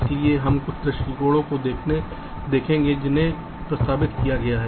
इसलिए हम कुछ दृष्टिकोणों को देखेंगे जिन्हें प्रस्तावित किया गया है